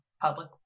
public